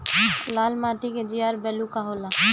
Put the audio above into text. लाल माटी के जीआर बैलू का होला?